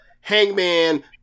Hangman